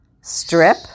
strip